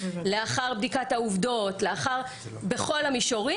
לאחר בדיקת העובדות בכל המישורים,